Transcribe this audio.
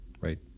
right